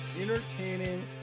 entertaining